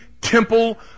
temple